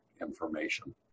information